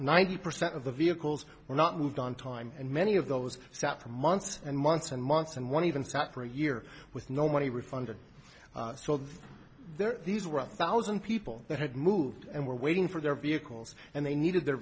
ninety percent of the vehicles were not moved on time and many of those sat for months and months and months and one even sat for a year with no money refunded so that there are these one thousand people that had moved and were waiting for their vehicles and they needed their